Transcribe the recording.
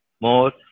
more